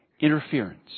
interference